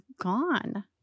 gone